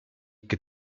che